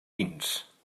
pins